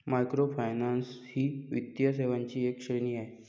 microfinance ही वित्तीय सेवांची एक श्रेणी आहे